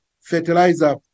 fertilizer